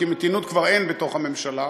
כי מתינות כבר אין בתוך הממשלה,